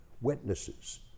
witnesses